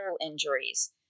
injuries